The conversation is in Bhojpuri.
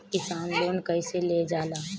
किसान लोन कईसे लेल जाला?